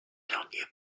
dernier